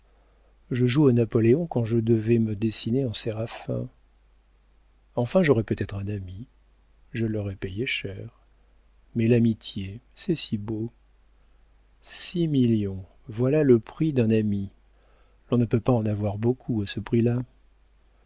je joue au napoléon quand je devais me dessiner en séraphin enfin j'aurai peut-être un ami je l'aurai payé cher mais l'amitié c'est si beau six millions voilà le prix d'un ami on ne peut pas en avoir beaucoup à ce prix-là